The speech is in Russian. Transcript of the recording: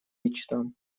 мечтам